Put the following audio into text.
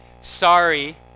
sorry